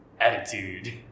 Attitude